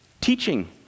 teaching